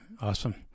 awesome